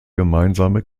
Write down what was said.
gemeinsame